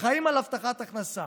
שחיים על הבטחת הכנסה